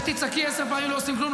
--- אבל כל --- פה, שלא תעשו כלום.